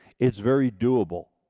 it's very doable.